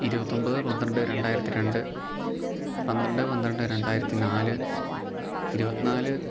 ഇരുപത്തൊമ്പത് പന്ത്രണ്ട് രണ്ടായിരത്തി രണ്ട് പന്ത്രണ്ട് പന്ത്രണ്ട് രണ്ടായിരത്തി നാല് ഇരുപത്തിനാല്